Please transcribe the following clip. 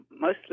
mostly